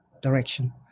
direction